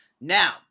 Now